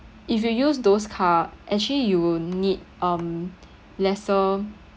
if you use those car actually you will need um lesser